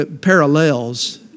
parallels